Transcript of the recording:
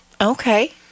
Okay